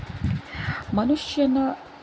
ಮನುಷ್ಯನ